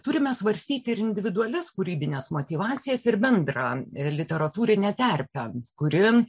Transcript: turime svarstyti ir individualias kūrybines motyvacijas ir bendrą literatūrinę terpę kuri